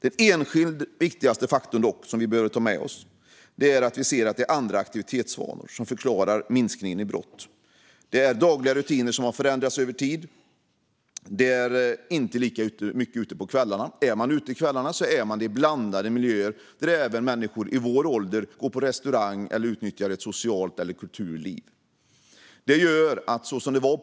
Den enskilt viktigaste faktorn vi behöver ta med oss är dock att vi ser nya aktivitetsvanor som förklarar minskningen av brott. Dagliga rutiner har förändrats över tid. Ungdomarna är inte lika mycket ute på kvällarna, och är man ute på kvällarna är man det i blandade miljöer där även människor i vår ålder finns, till exempel restauranger. Det kan också handla om att utnyttja ett rikare socialt och kulturellt liv.